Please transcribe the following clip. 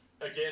again